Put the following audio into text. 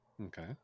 Okay